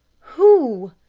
who?